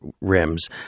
rims